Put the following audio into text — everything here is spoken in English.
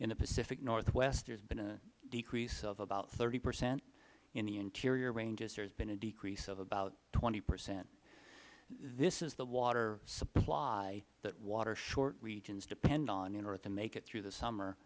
in the pacific northwest there has been a decrease of about thirty percent in the interior ranges there has been a decrease of about twenty percent this is the water supply that water short regions depend on in order to make it through the summer